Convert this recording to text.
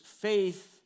faith